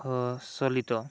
চলিত